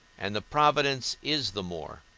and the providence is the more,